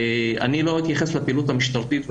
אני לא אתייחס לפעילות המשטרתית והשב"כ,